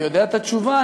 אני יודע את התשובה,